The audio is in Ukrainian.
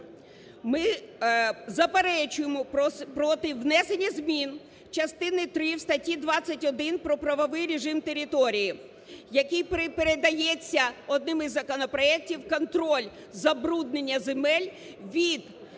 Ми заперечуємо проти внесення змін частини три в статті 21 про правовий режим територій, яким передається одними із законопроектів контроль забруднення земель від